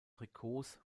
trikots